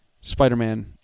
Spider-Man